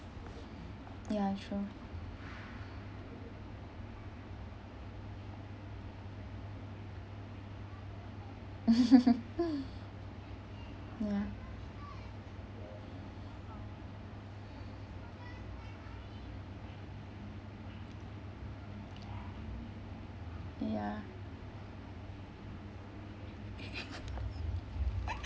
ya true ya ya